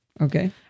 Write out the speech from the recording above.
Okay